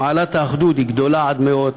מעלת האחדות היא גדולה עד מאוד,